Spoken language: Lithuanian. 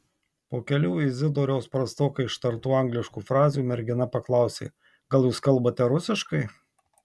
po kelių izidoriaus prastokai ištartų angliškų frazių mergina paklausė gal jūs kalbate rusiškai